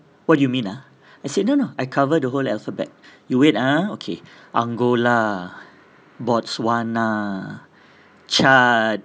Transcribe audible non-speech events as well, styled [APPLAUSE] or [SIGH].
what do you mean ah [BREATH] I said no no I cover the whole alphabet [BREATH] you wait ah okay angola botswana [BREATH] chad